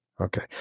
okay